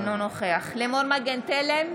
אינו נוכח לימור מגן תלם,